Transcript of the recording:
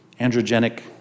androgenic